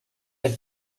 had